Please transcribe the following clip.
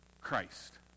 Christ